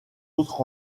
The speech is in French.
autre